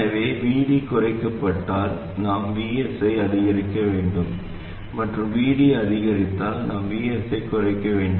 எனவே VD குறைக்கப்பட்டால் நாம் Vs ஐ அதிகரிக்க வேண்டும் மற்றும் VD அதிகரித்தால் நாம் Vs ஐ குறைக்க வேண்டும்